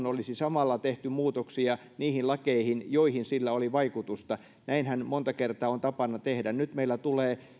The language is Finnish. olisi samalla tehty muutoksia niihin lakeihin joihin sillä oli vaikutusta näinhän monta kertaa on tapana tehdä nyt meillä tulee